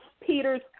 Peter's